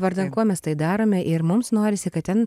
vardan ko mes tai darome ir mums norisi kad ten